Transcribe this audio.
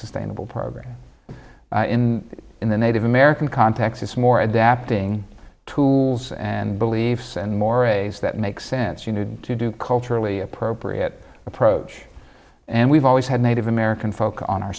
sustainable program in in the native american context it's more adapting to and beliefs and mores that make sense you need to do culturally appropriate approach and we've always had native american folk on our